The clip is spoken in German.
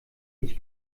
ich